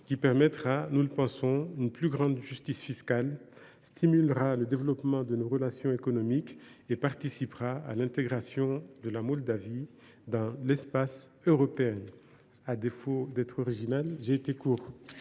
qui permettra, nous le pensons, une plus grande justice fiscale, stimulera le développement de nos relations économiques et participera à l’intégration de la Moldavie dans l’espace européen. À défaut d’être original, j’ai été bref